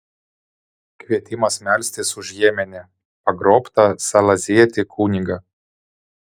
kvietimas melstis už jemene pagrobtą salezietį kunigą